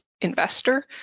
investor